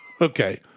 Okay